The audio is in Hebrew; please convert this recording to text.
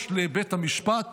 יש לבית המשפט